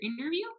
interview